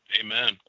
Amen